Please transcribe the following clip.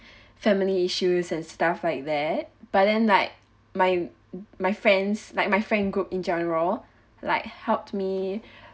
family issues and stuff like that but then like my my friends like my friend group in general like helped me